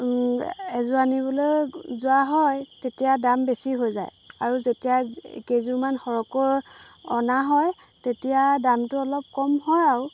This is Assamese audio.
এযোৰ আনিবলৈ যোৱা হয় তেতিয়া দাম বেছি হৈ যায় আৰু যেতিয়া কেইযোৰমান সৰহকৈ অনা হয় তেতিয়া দামটো অলপ কম হয় আৰু